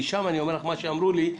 משם, אני אומר לך מה שאמרו לי,